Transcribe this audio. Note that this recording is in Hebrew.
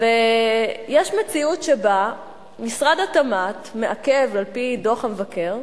יש מציאות שבה משרד התמ"ת מעכב, על-פי דוח המבקר,